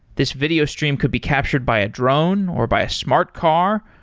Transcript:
this video stream could be captured by a drone, or by a smart car,